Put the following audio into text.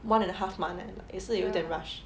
one and a half month leh 也是有点 rush